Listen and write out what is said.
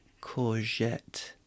courgette